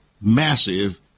massive